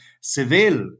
Seville